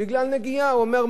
הוא אומר: מה יהיה עם הכהונה?